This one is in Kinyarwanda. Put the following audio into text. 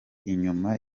inyuma